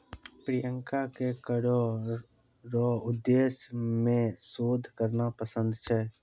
प्रियंका के करो रो उद्देश्य मे शोध करना पसंद छै